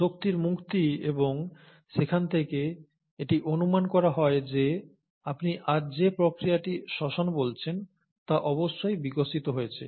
শক্তির মুক্তি এবং সেখান থেকে এটি অনুমান করা হয় যে আপনি আজ যে প্রক্রিয়াটি শ্বসন বলছেন তা অবশ্যই বিকশিত হয়েছে